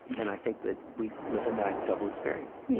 and i think that we live in that double experience